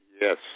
Yes